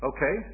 Okay